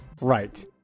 Right